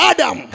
Adam